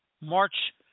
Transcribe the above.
March